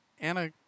Anna